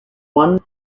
one